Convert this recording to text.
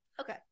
Okay